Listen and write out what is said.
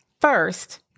First